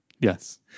Yes